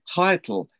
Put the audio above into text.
title